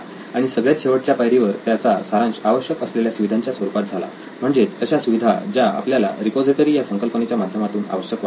आणि सगळ्यात शेवटच्या पायरीवर त्याचा सारांश आवश्यक असलेल्या सुविधांच्या स्वरूपात झाला म्हणजेच अशा सुविधा ज्या आपल्याला रिपॉझिटरी या संकल्पनेच्या माध्यमातून आवश्यक वाटतात